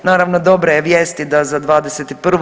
Naravno, dobra je vijest i da za '21.